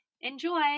Enjoy